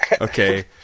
Okay